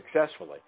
successfully